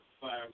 Fire